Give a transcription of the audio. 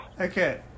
Okay